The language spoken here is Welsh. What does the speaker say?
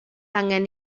angen